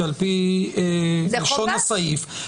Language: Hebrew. כי על פי לשון הסעיף -- זו חובה.